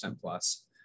plus